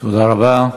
תודה רבה.